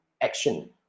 action